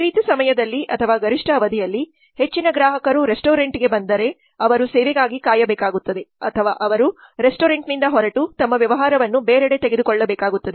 ವಿಪರೀತ ಸಮಯದಲ್ಲಿ ಅಥವಾ ಗರಿಷ್ಠ ಅವಧಿಯಲ್ಲಿ ಹೆಚ್ಚಿನ ಗ್ರಾಹಕರು ರೆಸ್ಟೋರೆಂಟ್ಗೆ ಬಂದರೆ ಅವರು ಸೇವೆಗಾಗಿ ಕಾಯಬೇಕಾಗುತ್ತದೆ ಅಥವಾ ಅವರು ರೆಸ್ಟೋರೆಂಟ್ನಿಂದ ಹೊರಟು ತಮ್ಮ ವ್ಯವಹಾರವನ್ನು ಬೇರೆಡೆ ತೆಗೆದುಕೊಳ್ಳಬೇಕಾಗುತ್ತದೆ